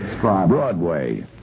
Broadway